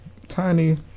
Tiny